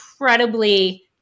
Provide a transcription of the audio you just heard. incredibly